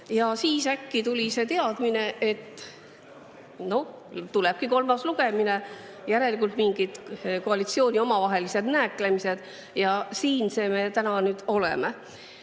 Aga siis äkki tuli teadmine, et tulebki kolmas lugemine. Järelikult olid mingid koalitsiooni omavahelised nääklemised. Ja siin me täna oleme.